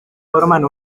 formen